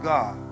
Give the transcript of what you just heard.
God